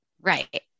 Right